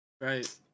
Right